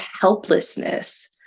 helplessness